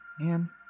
man